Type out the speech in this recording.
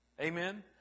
Amen